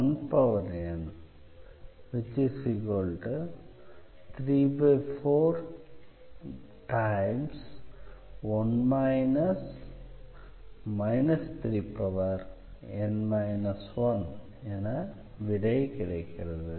1n341 3n 1 என விடை கிடைக்கிறது